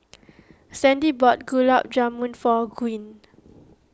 Sandie bought Gulab Jamun for Gwyn